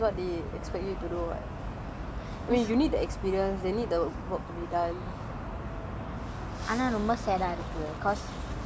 but like kind of true though internship is what they expect you to do what you need the experience they need the work to be done